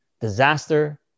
disaster